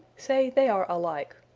say, they are alike.